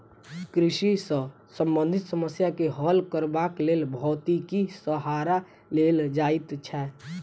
कृषि सॅ संबंधित समस्या के हल करबाक लेल भौतिकीक सहारा लेल जाइत छै